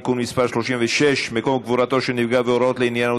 חברת הכנסת שרן.